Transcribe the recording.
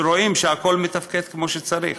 שבו רואים שהכול מתפקד כמו שצריך.